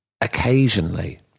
occasionally